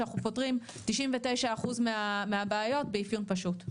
שאנחנו פותרים 99% מהבעיות באפיון פשוט.